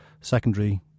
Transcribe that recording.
secondary